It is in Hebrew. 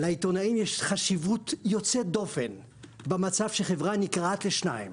לעיתונאים יש חשיבות יוצאת דופן במצב שחברה נקרעת לשניים.